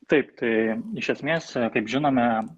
taip tai iš esmės kaip žinome